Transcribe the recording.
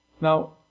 Now